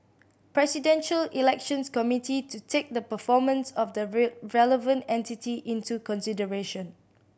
Presidential Elections Committee to take the performance of the relevant entity into consideration